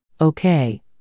Okay